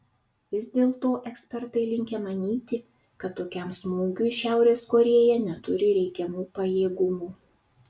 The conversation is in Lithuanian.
vis dėlto ekspertai linkę manyti kad tokiam smūgiui šiaurės korėja neturi reikiamų pajėgumų